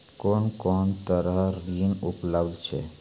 कून कून तरहक ऋण उपलब्ध छै?